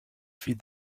feed